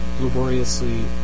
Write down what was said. laboriously